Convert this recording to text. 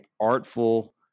artful